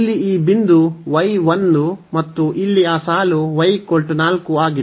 ಇಲ್ಲಿ ಈ ಬಿಂದು y 1 ಮತ್ತು ಇಲ್ಲಿ ಆ ಸಾಲು y 4 ಆಗಿದೆ